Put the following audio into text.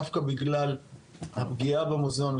דווקא בגלל הפגיעה במוזיאון,